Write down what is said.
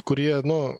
kurie nu